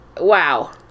wow